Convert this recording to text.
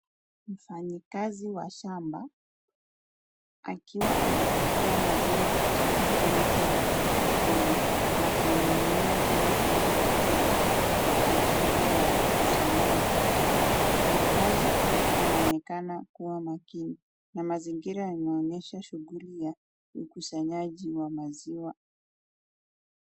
Mfanyikazi wa shamba, akiwa anapokea maziwa kutoka kwenye chumba kidogo, na kumiminia kwenye chombo kikubwa kwa ajili ya ukusanyaji. Mfanyikazi huyu anaonekana kuwa makini, na mazingira yanaonyesha shughuli ya ukusanyaji wa maziwa.